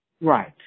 Right